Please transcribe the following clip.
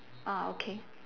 ah okay